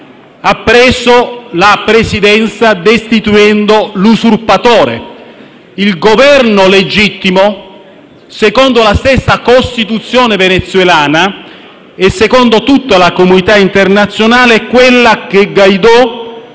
ha assunto la Presidenza, destituendo l'usurpatore. Il Governo legittimo, secondo la stessa Costituzione venezuelana e secondo tutta la comunità internazionale, è quello che Guaidó